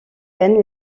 gagne